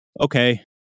okay